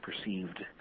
perceived